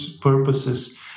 purposes